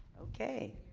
ok.